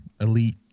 elite